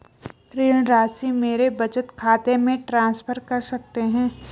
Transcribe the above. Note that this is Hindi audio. ऋण राशि मेरे बचत खाते में ट्रांसफर कर सकते हैं?